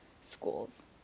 schools